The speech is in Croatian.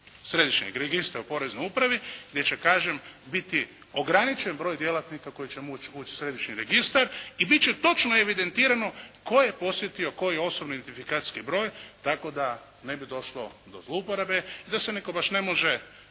Središnjeg registra u Poreznoj upravi gdje će, kažem, biti ograničen broj djelatnika koji će moći u Središnji registar i biti će točno evidentirano tko je posjetio koji osobni identifikacijski broj, tako da ne bi došlo do zlouporabe i da se netko baš ne može,